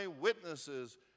witnesses